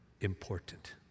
important